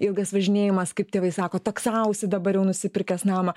ilgas važinėjimas kaip tėvai sako taksausi dabar jau nusipirkęs namą